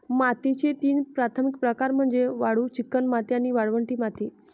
मातीचे तीन प्राथमिक प्रकार म्हणजे वाळू, चिकणमाती आणि वाळवंटी माती